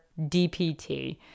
dpt